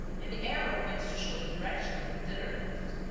and the arrow points to show the direction of the dinner-lift.